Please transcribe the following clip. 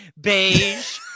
Beige